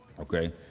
okay